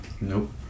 Nope